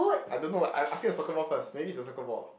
I don't know I asking the soccer ball first maybe is a soccer ball